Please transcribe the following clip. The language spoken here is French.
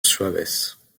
suaves